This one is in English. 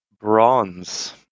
bronze